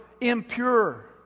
impure